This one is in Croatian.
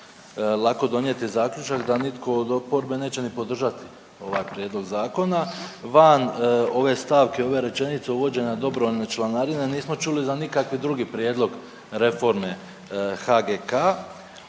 lako donijeti zaključak da nitko od oporbe neće ni podržati ovaj prijedlog zakona van ove stavke. Van ove rečenice uvođenja dobrovoljne članarine nismo čuli za nikakvi drugi prijedlog reforme HGK